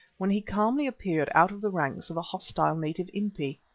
when he calmly appeared out of the ranks of a hostile native impi.